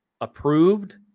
approved